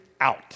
out